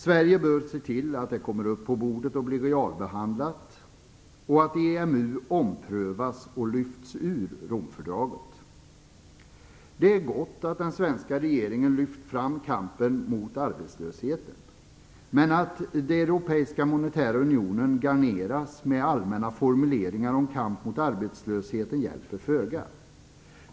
Sverige bör se till att den frågan kommer upp på bordet och blir realbehandlad och att EMU omprövas och lyfts ur Romfördraget. Det är gott att den svenska regeringen har lyft fram kampen mot arbetslösheten, men att den europeiska monetära unionen garneras med allmänna formuleringar om kamp mot arbetslösheten hjälper föga.